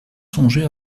songer